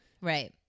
right